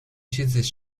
چیزیش